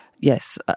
yes